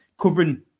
covering